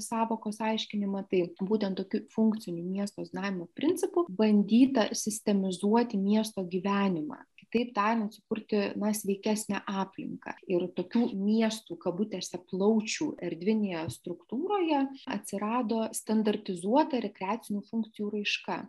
sąvokos aiškinimą tai būtent tokiu funkciniu miesto zonavimo principu bandyta sistemizuoti miesto gyvenimą kitaip tariant sukurti sveikesnę aplinką ir tokių miestų kabutėse plaučių erdvinėje struktūroje atsirado standartizuota rekreacinių funkcijų raiška